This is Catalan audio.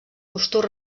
gustos